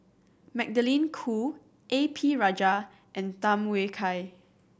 Magdalene Khoo A P Rajah and Tham Yui Kai